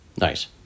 Nice